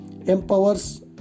empowers